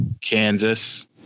Kansas